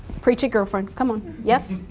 preach it girlfriend, come on. yes?